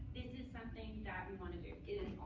this is something that we want to do.